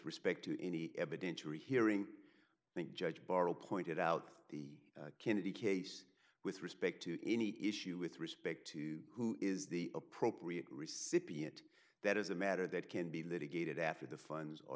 respect to any evidentiary hearing think judge barrell pointed out the kennedy case with respect to any issue with respect to who is the appropriate recipient that is a matter that can be litigated after the funds